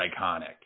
iconic